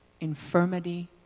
infirmity